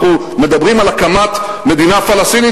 אנחנו מדברים על הקמת מדינה פלסטינית,